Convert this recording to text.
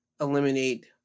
eliminate